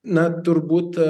na turbūt